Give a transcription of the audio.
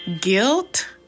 Guilt